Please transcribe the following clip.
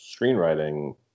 screenwriting